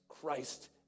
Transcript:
Christ